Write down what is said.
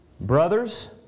Brothers